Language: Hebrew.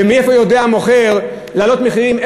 ומאיפה יודע המוכר להעלות מחירים?